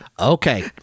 Okay